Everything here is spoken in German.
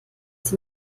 sie